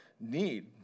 need